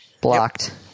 blocked